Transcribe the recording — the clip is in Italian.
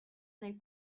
nel